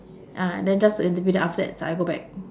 ah and then just to interview then after that za~ I go back